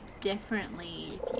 differently